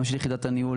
גם של יחידת הניהול